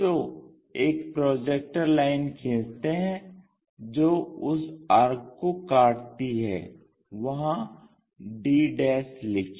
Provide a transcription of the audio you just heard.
तो एक projector line खींचते हैं जो उस आर्क को काटती है वहां d लिखिए